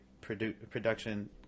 production